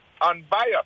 unbiased